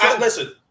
Listen